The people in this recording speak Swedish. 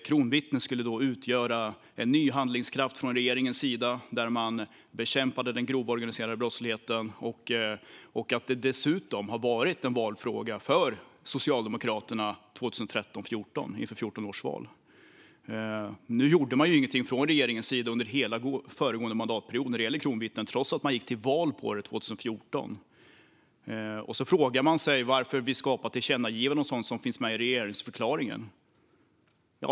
Kronvittnen skulle utgöra en ny handlingskraft från regeringens sida för att bekämpa den grova organiserade brottsligheten. Det var dessutom en valfråga för Socialdemokraterna inför 2014 års val. Nu gjorde man ju ingenting från regeringens sida under hela den föregående mandatperioden när det gäller kronvittnen, trots att man gick till val på det 2014. Nu frågar man sig varför vi skapar tillkännagivanden om sådant som finns med i regeringsförklaringen.